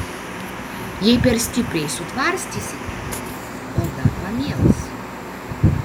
jei per stipriai sutvarstysite oda pamėls